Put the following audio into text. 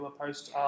post